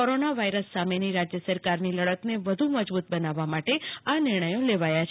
corona virus સામેની રાજ્ય સરકારની લડતને વધુ મજબુત બનાવવા માટે આ નિર્ણથો લેવાયેલ છે